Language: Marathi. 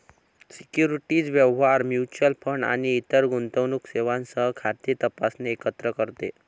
सिक्युरिटीज व्यवहार, म्युच्युअल फंड आणि इतर गुंतवणूक सेवांसह खाते तपासणे एकत्र करते